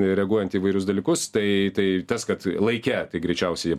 reaguojant į įvairius dalykus tai tai tas kad laike tai greičiausiai